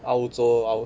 澳洲澳